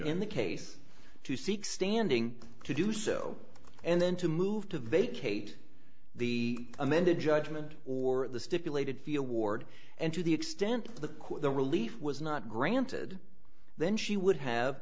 in the case to seek standing to do so and then to move to vacate the amended judgment or the stipulated feel ward and to the extent the court the relief was not granted then she would have